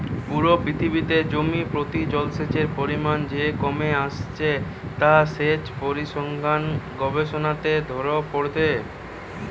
পুরো পৃথিবীতে জমি প্রতি জলসেচের পরিমাণ যে কমে আসছে তা সেচ পরিসংখ্যান গবেষণাতে ধোরা পড়ছে